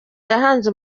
yahanze